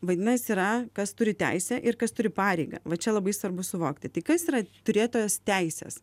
vadinas yra kas turi teisę ir kas turi pareigą va čia labai svarbu suvokti tai kas yra turėtojas teisės